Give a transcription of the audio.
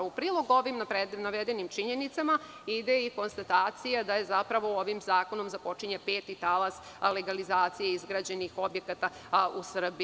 U prilog ovim navedenim činjenicama ide i konstatacija da zapravo ovim zakonom započinje peti talas legalizacije izgrađenih objekata u Srbiji.